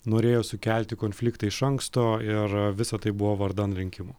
norėjo sukelti konfliktą iš anksto ir visa tai buvo vardan rinkimų